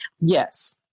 Yes